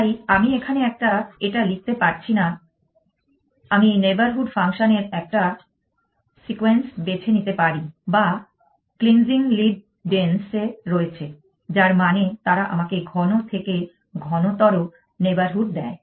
তাই আমি এখানে এটা লিখতে পারছি না আমি নেইবরহুড ফাংশন এর একটা সিকোয়েন্স বেছে নিতে পারি যা ক্লিন্সিং লেড ডেন্স এ রয়েছে যার মানে তারা আমাকে ঘন থেকে ঘনতর নেইবরহুড দেয়